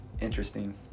interesting